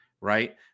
right